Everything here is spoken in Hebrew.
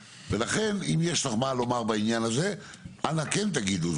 לכן אם יש לך מה לומר בעניין הזה אנא כן תגידו.